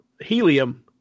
helium